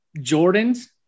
Jordan's